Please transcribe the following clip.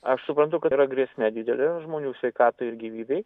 aš suprantu kad yra grėsmė didelė žmonių sveikatai ir gyvybei